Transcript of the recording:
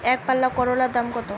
একপাল্লা করলার দাম কত?